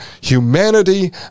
humanity